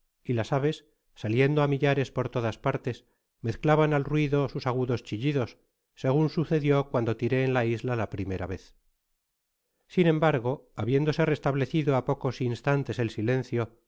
y las aves saliendo á millares por todas partes mezclaban al ruido sus agudos chillidos segun sucedió cuando tiré en la isla la primera vez sin embargo habiéndose restablecido á pocos instantes el silencio